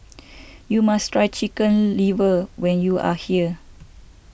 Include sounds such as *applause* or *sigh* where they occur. *noise* you must try Chicken Liver when you are here